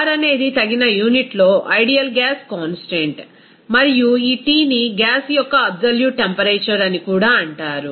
R అనేది తగిన యూనిట్లో ఐడియల్ గ్యాస్ కాన్స్టాంట్ మరియు ఈ T ని గ్యాస్ యొక్క అబ్సొల్యూట్ టెంపరేచర్ అని కూడా అంటారు